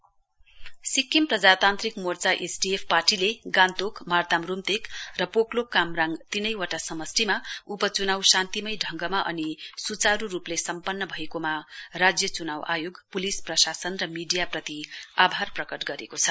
SDF Sikkim Prajatantrik Morcha SDF पार्टीले गान्तोक मार्ताम रूम्तेक र पोकलोक कामराङ तीनैवटा समष्टिमा उपचुनाउ शान्तिमय ढङ्गमा अनि सुचारू रूपले सम्पन्न भएकोमा राज्य चुनाउ आयोग पुलिस प्रशासन र मिडीयाप्रति आभार प्रकट गरेको छ